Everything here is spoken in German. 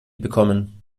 bekommen